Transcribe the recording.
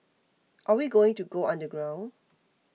are we going to go underground